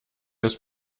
das